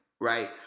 right